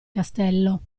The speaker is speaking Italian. castello